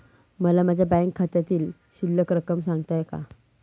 मला माझ्या बँक खात्यातील शिल्लक रक्कम सांगता का?